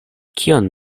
kion